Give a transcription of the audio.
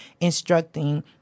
instructing